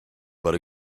but